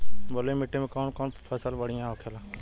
बलुई मिट्टी में कौन कौन फसल बढ़ियां होखेला?